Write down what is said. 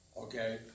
Okay